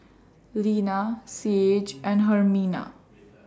Lina Saige and Hermina